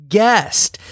guest